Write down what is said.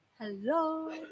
Hello